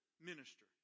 minister